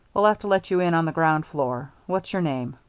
we'll have to let you in on the ground floor. what's your name?